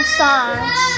songs